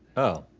oh.